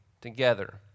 together